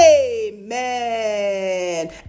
amen